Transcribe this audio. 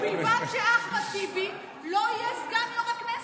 ובלבד שאחמד טיבי לא יהיה סגן יו"ר הכנסת.